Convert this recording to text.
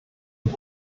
und